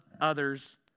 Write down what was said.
others